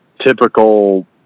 typical